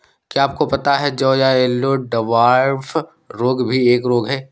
क्या आपको पता है जौ का येल्लो डवार्फ रोग भी एक रोग है?